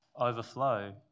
overflow